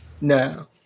No